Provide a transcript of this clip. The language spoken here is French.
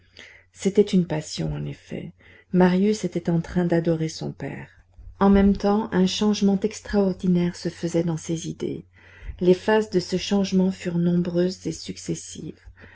c'était une passion en effet marius était en train d'adorer son père en même temps un changement extraordinaire se faisait dans ses idées les phases de ce changement furent nombreuses et successives